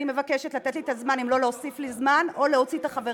אני מבקשת לתת לי את הזמן אם לא להוסיף לי זמן או להוציא את החברים,